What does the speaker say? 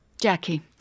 Jackie